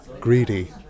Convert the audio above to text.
greedy